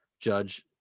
judge